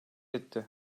etti